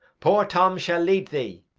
poor tom shall lead thee.